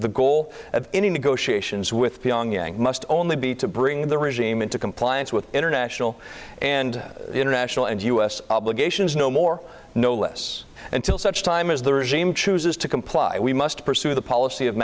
the goal of any negotiations with pyongyang must only be to bring the regime into compliance with international and international and u s obligations no more no less until such time as the regime chooses to comply we must pursue the policy of